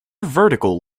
vertical